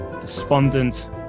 despondent